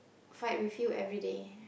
fight with you everyday